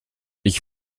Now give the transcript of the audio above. ich